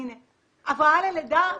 הבראה ללידה,